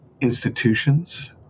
institutions